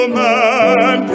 man